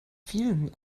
vielen